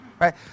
right